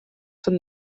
són